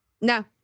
No